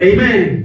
Amen